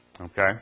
Okay